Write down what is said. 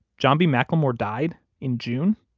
john b. mclemore died in june?